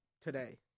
today